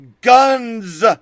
guns